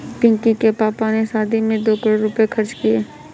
पिंकी के पापा ने शादी में दो करोड़ रुपए खर्च किए